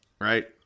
right